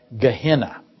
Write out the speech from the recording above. Gehenna